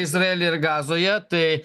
izraely ir gazoje tai